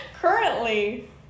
Currently